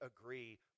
agree